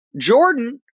Jordan